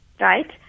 right